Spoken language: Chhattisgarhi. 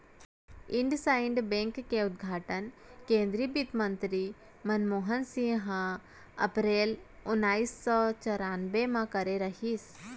इंडसइंड बेंक के उद्घाटन केन्द्रीय बित्तमंतरी मनमोहन सिंह हर अपरेल ओनाइस सौ चैरानबे म करे रहिस